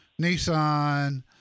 Nissan